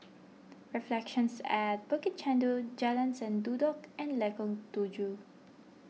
Reflections at Bukit Chandu Jalan Sendudok and Lengkong Tujuh